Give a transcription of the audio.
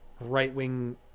right-wing